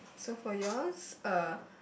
so for yours uh